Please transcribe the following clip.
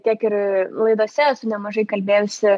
tiek ir laidose esu nemažai kalbėjusi